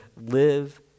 live